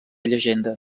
llegenda